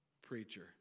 Preacher